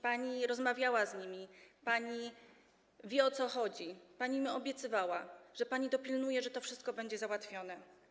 Pani rozmawiała z nimi, pani wie, o co chodzi, pani im obiecywała, że pani dopilnuje, że to wszystko będzie załatwione.